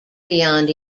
beyond